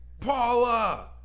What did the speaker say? Paula